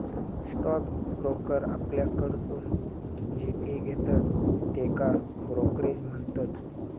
stock broker आपल्याकडसून जी fee घेतत त्येका ब्रोकरेज म्हणतत